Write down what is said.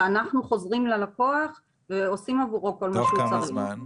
ואנחנו חוזרים ללקוח ועושים עבורו כל מה שצריך.